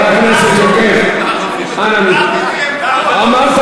חבר הכנסת יוגב, אנא ממך, גרפיטי הם קוראים לזה.